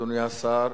אדוני השר,